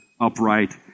upright